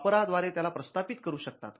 वापरा द्वारे त्याला प्रस्थापित करू शकता